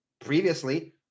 Previously